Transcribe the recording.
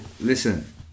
Listen